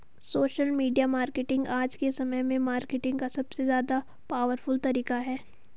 social media marketing आज के समय में मार्केटिंग का सबसे ज्यादा पॉवरफुल तरीका है